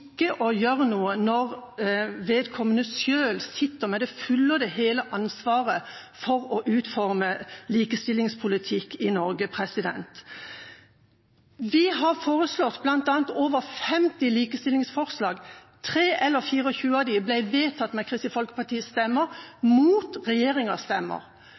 å gjøre noe, når vedkommende selv sitter med det fulle og hele ansvaret for å utforme likestillingspolitikk i Norge. Vi har bl.a. kommet med over 50 likestillingsforslag, 23 eller 24 av dem ble vedtatt med Kristelig Folkepartis stemmer mot regjeringas stemmer.